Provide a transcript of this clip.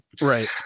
right